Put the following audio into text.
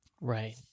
Right